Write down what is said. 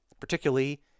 particularly